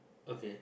okay